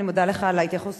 אני מודה לך על ההתייחסות,